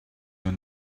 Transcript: your